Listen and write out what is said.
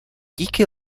díky